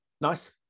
Nice